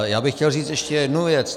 Já bych chtěl říct ještě jednu věc.